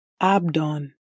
Abdon